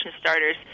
starters